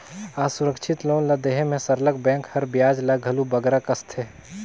असुरक्छित लोन ल देहे में सरलग बेंक हर बियाज ल घलो बगरा कसथे